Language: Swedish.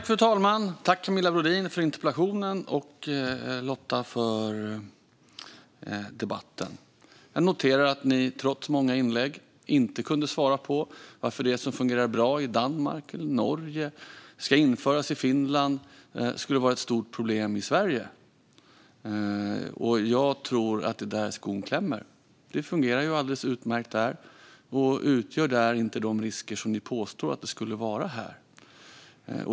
Fru talman! Tack, Camilla Brodin, för interpellationen! Tack, Lotta Olsson, för debatten! Jag noterar att ni trots många inlägg inte kunde svara på varför det som fungerar bra i Danmark och i Norge och som ska införas i Finland skulle vara ett stort problem i Sverige. Jag tror att det är där skon klämmer. Det fungerar alldeles utmärkt i dessa länder och utgör där inte de risker som ni påstår att det skulle utgöra här.